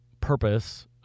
purpose